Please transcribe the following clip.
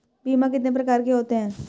बीमा कितने प्रकार के होते हैं?